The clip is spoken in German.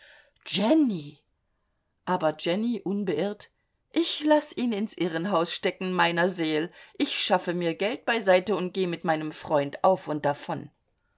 jenny aber jenny unbeirrt ich laß ihn ins irrenhaus stecken meiner seel ich schaffe mir geld beiseite und geh mit meinem freund auf und davon